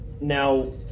Now